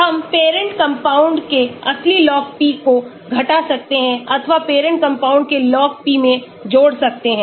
हम parent compound के असली log p को घटा सकते हैं अथवा पैरेंट कंपाउंड के log p में जोड़ सकते हैं